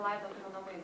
laidotuvių namai